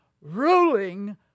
ruling